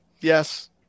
yes